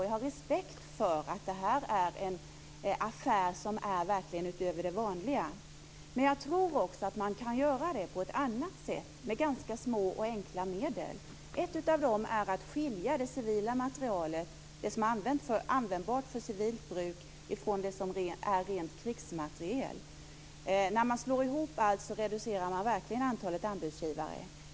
Jag har respekt för att det här är en affär som ligger utöver det vanliga. Men jag tror också att man kan göra det på ett annat sätt med ganska små och enkla medel. Ett av dessa är att skilja det civila materialet, det som är användbart för civilt bruk, från det som är rent krigsmateriel. När man slår ihop allt reducerar man verkligen antalet anbudsgivare.